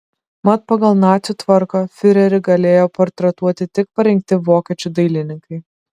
mat pagal nacių tvarką fiurerį galėjo portretuoti tik parinkti vokiečių dailininkai